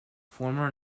formal